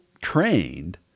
trained